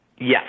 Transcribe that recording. Yes